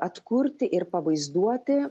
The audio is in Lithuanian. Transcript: atkurti ir pavaizduoti